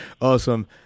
Awesome